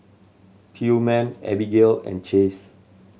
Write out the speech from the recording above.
Tillman Abigale and Chace